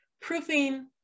Proofing